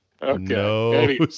Okay